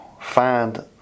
find